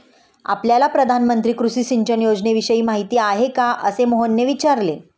आपल्याला प्रधानमंत्री कृषी सिंचन योजनेविषयी माहिती आहे का? असे मोहनने विचारले